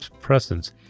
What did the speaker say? presence